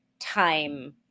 time